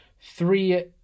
three